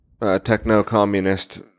techno-communist